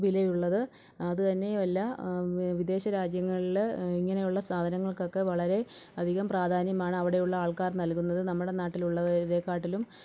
വിലയുള്ളത് അതുതന്നെയുമല്ല വിദേശ രാജ്യങ്ങളിൽ ഇങ്ങനെയുള്ള സാധങ്ങൾക്കൊക്കെ വളരെ അധികം പ്രാധാന്യമാണ് അവിടെയുള്ള ആൾക്കാർ നൽകുന്നത് നമ്മുടെ നാട്ടിലുള്ളവരെക്കാട്ടിലും